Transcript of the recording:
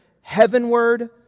heavenward